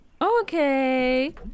Okay